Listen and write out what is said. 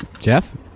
Jeff